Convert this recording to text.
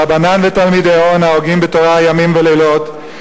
רבנן ותלמידיהון ההוגים בתורה ימים ולילות,